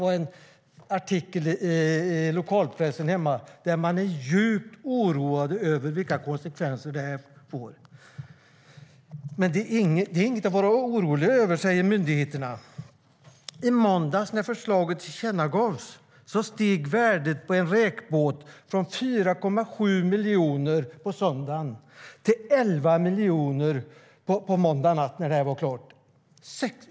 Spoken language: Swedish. I en artikel i lokalpressen hemma är man djupt oroad över vilka konsekvenser det får. Men det är inget att vara orolig över, säger myndigheterna. När förslaget tillkännagavs steg värdet på en räkbåt från 4,7 miljoner på söndagen till 11 miljoner på måndagsnatten.